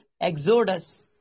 Exodus